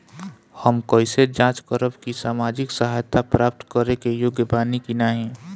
हम कइसे जांच करब कि सामाजिक सहायता प्राप्त करे के योग्य बानी की नाहीं?